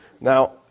Now